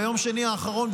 ביום שני האחרון,